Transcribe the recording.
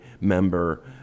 member